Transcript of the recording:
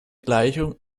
gleichung